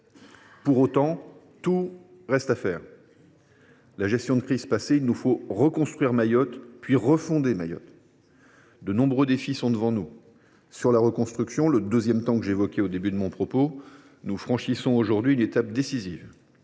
Pour autant, tout reste à faire ! La gestion de crise passée, il nous faut reconstruire, puis refonder Mayotte. De nombreux défis sont devant nous. Sur la reconstruction – le deuxième temps que j’évoquais au début de mon propos –, nous franchissons aujourd’hui une étape décisive.